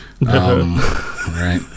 right